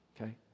Okay